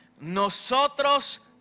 Nosotros